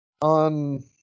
on